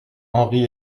henri